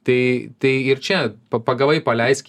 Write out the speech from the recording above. tai tai ir čia pa pagavai paleisk